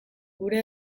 gure